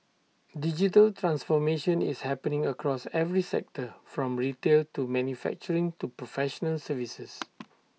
digital transformation is happening across every sector from retail to manufacturing to professional services